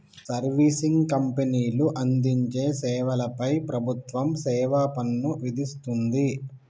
servicing కంపెనీలు అందించే సేవల పై ప్రభుత్వం సేవాపన్ను విధిస్తుంది